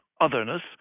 otherness